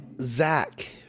zach